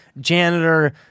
janitor